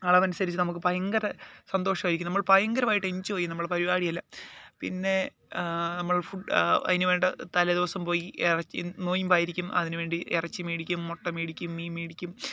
അളവനുസരിച്ച് നമുക്ക് ഭയങ്കര സന്തോഷമായിരിക്കും നമ്മൾ ഭയങ്കരമായിട്ട് എൻജോയ്യേയ്യും നമ്മള് പരിപാടി എല്ലാം പിന്നേ നമ്മള് ഫുഡ് അതിനുവേണ്ട തലേദിവസം പോയി ഇറച്ചിയും നോയിമ്പായിരിക്കും അതിനുവേണ്ടി ഇറച്ചി മേടിക്കും മുട്ട മേടിക്കും മീൻ മേടിക്കും